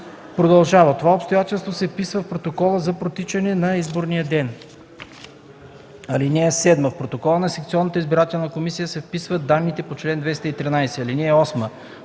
продължава. Това обстоятелство се вписва в протокола за протичане на изборния ден. (7) В протоколите на секционната избирателна комисия се вписват данните по чл. 213. (8)